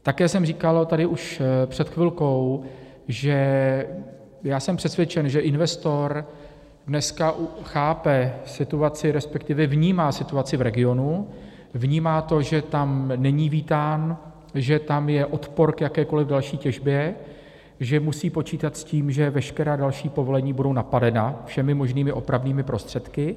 Také jsem říkal tady už před chvilkou, že já jsem přesvědčen, že investor dneska chápe resp. vnímá situaci v regionu, vnímá to, že tam není vítán, že tam je odpor k jakékoli další těžbě, že musí počítat s tím, že veškerá další povolení budou napadena všemi možnými opravnými prostředky.